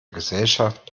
gesellschaft